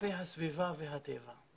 כלפי הסביבה והטבע.